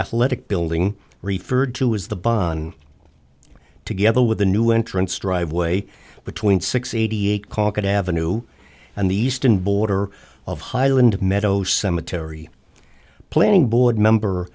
athletic building referred to as the bon together with the new entrance driveway between six eighty eight caucus avenue and the eastern border of highland meadow cemetery planning board member